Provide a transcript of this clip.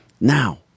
Now